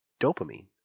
Dopamine